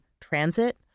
transit